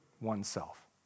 oneself